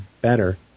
better